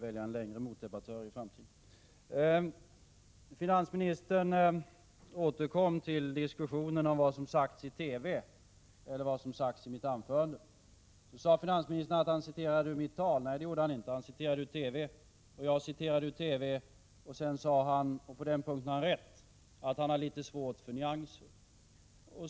Herr talman! Finansministern återkommer till diskussionen om vad som har sagts i TV och vad som har sagts i mitt anförande. Finansministern påstod att han citerade ur mitt tal, men det gjorde han inte, utan han citerade ur TV. Sedan sade han — på den punkten har han rätt — att ”jag har litet svårt för nyanser”.